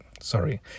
sorry